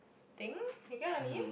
think you get what I mean